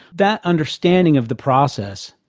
that understanding of the process,